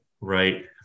right